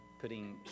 putting